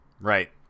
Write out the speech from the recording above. Right